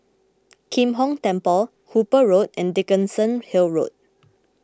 Kim Hong Temple Hooper Road and Dickenson Hill Road